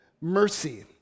mercy